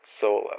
solo